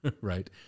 right